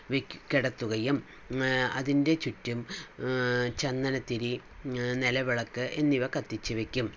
വെക്ക് കിടത്തുകയും അതിൻ്റെ ചുറ്റും ചന്ദനത്തിരി നിലവിളക്ക് എന്നിവ കത്തിച്ച് വെയ്ക്കും